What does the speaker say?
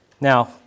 Now